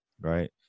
right